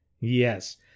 Yes